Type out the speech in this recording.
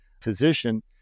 physician